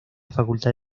facultad